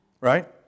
right